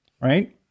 right